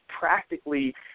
practically